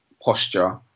posture